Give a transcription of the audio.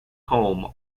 home